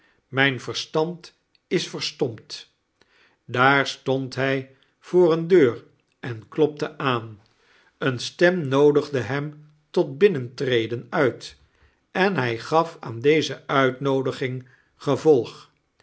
mijn verstand is verstompt t daar stond hij voor eene deur en klopte aan eene stem noodigde hem tot binnentreden uit en hij gaf aan deze uitnoodiging gevolg